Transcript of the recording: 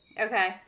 Okay